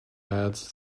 ads